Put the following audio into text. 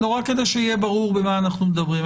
רק כדי שיהיה ברור במה אנחנו מדברים.